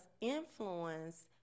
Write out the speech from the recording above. influence